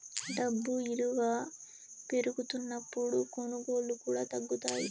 డబ్బు ఇలువ పెరుగుతున్నప్పుడు కొనుగోళ్ళు కూడా తగ్గుతాయి